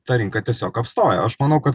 ta rinka tiesiog apstojo aš manau kad